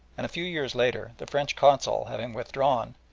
and a few years later, the french consul having withdrawn,